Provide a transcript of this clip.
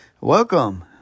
Welcome